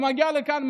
הוא מגיע לכאן,